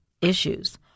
issues